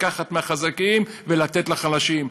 לקחת מהחזקים ולתת לחלשים,